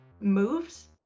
moves